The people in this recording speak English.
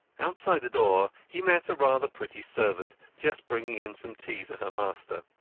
outside the door he met a rather pretty servant just bringing in some tea to her master.